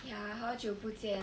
ya 好久不见